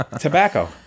Tobacco